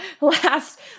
last